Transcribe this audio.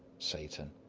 satan.